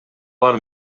алар